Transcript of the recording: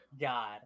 god